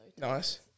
Nice